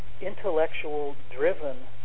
intellectual-driven